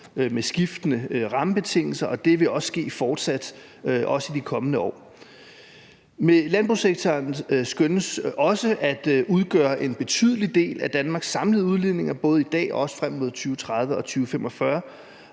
med skiftende rammebetingelser, og det vil også ske fortsat, også i de kommende år. Men landbrugssektoren skønnes også at udgøre en betydelig del af Danmarks samlede udledninger både i dag og også frem til 2030 og 2045,